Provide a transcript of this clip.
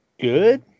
good